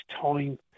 time